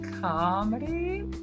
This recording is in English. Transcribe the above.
Comedy